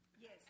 Yes